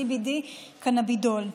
CBD קנבידיול.